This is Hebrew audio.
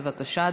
בבקשה,